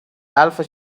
alpha